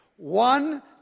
one